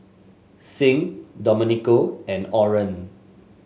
Sing Domenico and Orren